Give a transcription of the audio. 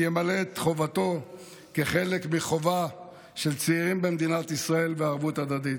ימלא את חובתו כחלק מחובה של צעירים במדינת ישראל ובערבות הדדית.